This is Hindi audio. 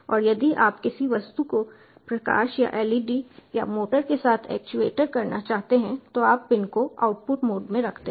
और यदि आप किसी वस्तु को प्रकाश या LED या मोटर के साथ एक्चुएट करना चाहते हैं तो आप पिन को आउटपुट मोड में रखते हैं